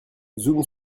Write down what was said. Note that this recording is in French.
zoom